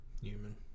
Human